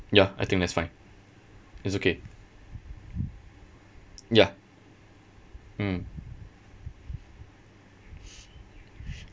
ya I think that's fine it's okay ya mm